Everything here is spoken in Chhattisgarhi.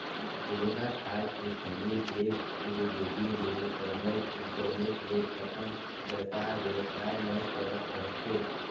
कोरोना काल के समे ऐप के जरिए ले सरलग इंटरनेट ले अपन बयपार बेवसाय ल करत रहथें